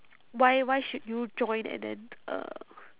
why why should you join and then uh